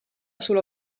sulla